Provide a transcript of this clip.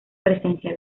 presencia